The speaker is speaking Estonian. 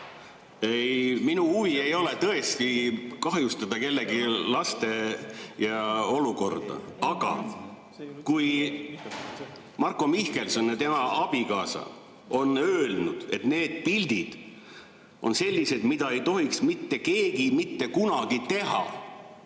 Minu huvi ei ole tõesti kahjustada kellegi laste olukorda. Aga kui Marko Mihkelson ja tema abikaasa on öelnud, et need pildid on sellised, mida ei tohiks mitte keegi mitte kunagi teha,